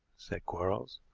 said quarles.